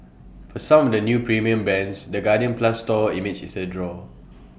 for some of the new premium brands the guardian plus store image is A draw